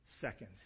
second